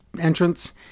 entrance